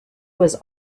was